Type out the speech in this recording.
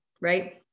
right